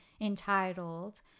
entitled